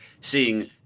seeing